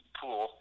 pool